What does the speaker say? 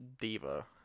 diva